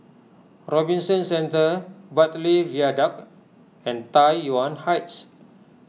Robinson Centre Bartley Viaduct and Tai Yuan Heights